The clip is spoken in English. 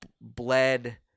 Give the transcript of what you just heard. bled